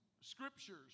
scriptures